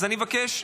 אני מבקש,